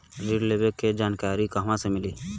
ऋण लेवे के जानकारी कहवा से मिली?